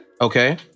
Okay